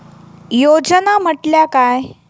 योजना म्हटल्या काय?